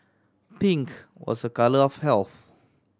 pink was a colour of health